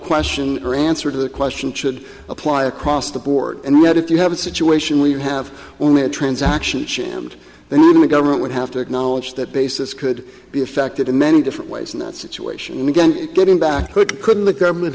question or answer to the question should apply across the board and what if you have a situation where you have only a transaction and then the government would have to acknowledge that basis could be affected in many different ways in that situation again getting back could couldn't the government